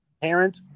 parent